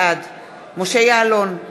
בעד משה יעלון,